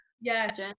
yes